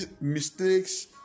mistakes